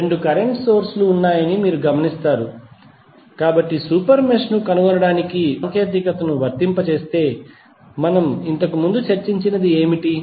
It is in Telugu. రెండు కరెంట్ సోర్స్ లు ఉన్నాయని మీరు గమనిస్తారు కాబట్టి సూపర్ మెష్ ను కనుగొనడానికి మీరు ప్రత్యేకమైన సాంకేతికతను వర్తింపజేస్తే మనము ఇంతకు ముందు చర్చించినది ఏమిటి